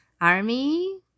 army